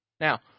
Now